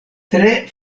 tre